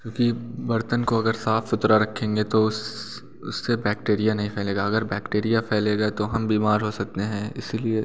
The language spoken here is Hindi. क्योंकि बर्तन को अगर साफ़ सुथरा रखेंगे तो उस उससे बैक्टीरिया नहीं फैलेगा अगर बैक्टीरिया फैलेगा तो हम बीमार हो सकते हैं इसी लिए